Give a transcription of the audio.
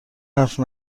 حرف